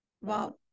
Wow